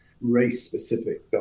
race-specific